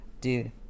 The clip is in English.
Dude